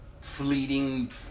fleeting